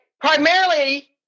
primarily